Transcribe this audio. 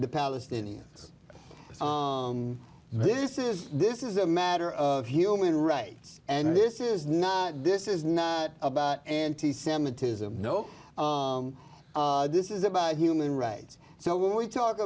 the palestinians this is this is a matter of human rights and this is not this is not about anti semitism no this is about human rights so when we talk